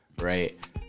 right